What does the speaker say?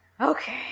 Okay